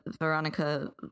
veronica